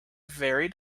very